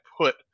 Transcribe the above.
put